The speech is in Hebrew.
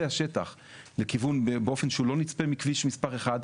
השטח באופן שהוא לא נצפה מכביש מספר אחד,